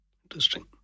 interesting